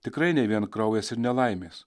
tikrai ne vien kraujas ir nelaimės